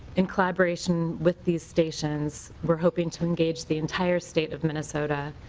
in collaboration with the stations we are hoping to engage the entire state of minnesota